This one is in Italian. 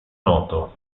noto